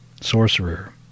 sorcerer